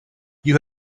you